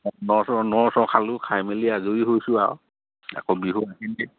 ন চ ন চ খালোঁ খাই মেলি আজৰি হৈছোঁ আৰু আকৌ বিহু আহিলেই